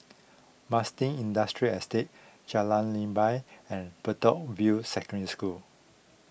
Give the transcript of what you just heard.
Marsiling Industrial Estate Jalan Leban and Bedok View Secondary School